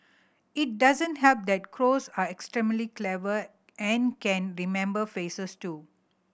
it doesn't help that crows are extremely clever and can remember faces too